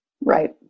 Right